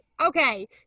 Okay